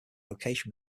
location